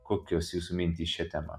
kokios jūsų mintys šia tema